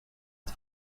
het